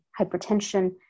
Hypertension